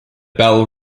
belle